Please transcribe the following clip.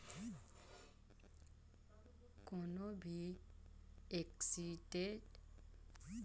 कोनो भी एक्सीडेंट य अलहन आये ले देंह के कोनो भाग हर काम नइ करे त ए बीमा ले ओला पइसा मिलथे